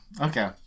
Okay